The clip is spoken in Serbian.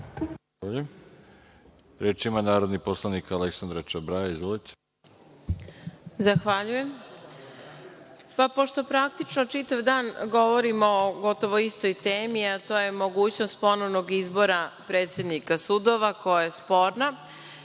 ima narodni poslanik Aleksandra Čabraja. Izvolite.